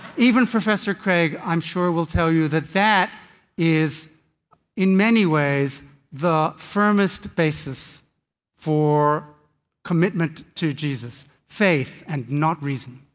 even professor craig i am sure will tell you that that is in many ways the firmest basis for commitment to jesus. faith and not reason.